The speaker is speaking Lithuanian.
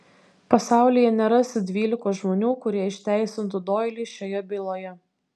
pasaulyje nerasi dvylikos žmonių kurie išteisintų doilį šioje byloje